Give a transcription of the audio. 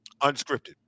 unscripted